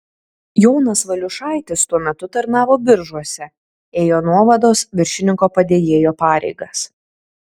jonas valiušaitis tuo metu tarnavo biržuose ėjo nuovados viršininko padėjėjo pareigas